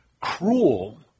cruel